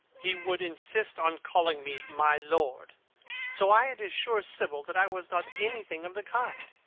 he would insist on calling me my lord so i had to assure sibyl that i was not anything of the kind.